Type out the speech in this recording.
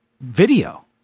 video